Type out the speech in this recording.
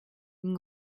une